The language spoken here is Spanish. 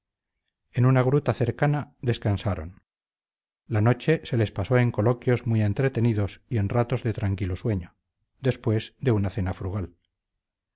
en una gruta cercana descansaron la noche se les pasó en coloquios muy entretenidos y en ratos de tranquilo sueño después de una cena frugal